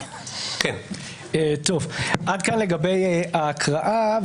עד כאן לגבי ההקראה.